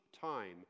time